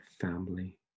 family